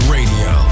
Radio